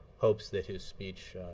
hopes that his speech